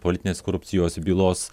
politinės korupcijos bylos